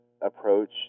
approach